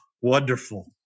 wonderful